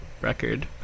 record